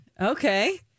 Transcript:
Okay